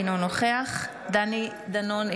אינו נוכח דני דנון,